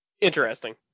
Interesting